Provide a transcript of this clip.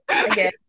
Okay